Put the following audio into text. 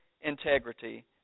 integrity